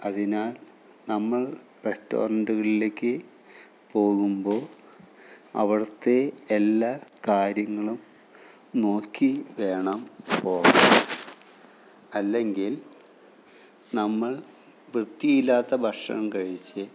അതിനാൽ നമ്മൾ റെസ്റ്റോറൻറ്റുകളിലേക്ക് പോകുമ്പോള് അവിടത്തെ എല്ലാ കാര്യങ്ങളും നോക്കി വേണം പോകാൻ അല്ലെങ്കിൽ നമ്മൾ വൃത്തിയില്ലാത്ത ഭക്ഷണം കഴിച്ച്